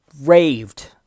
raved